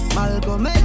Malcolm